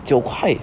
九块